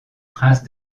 prince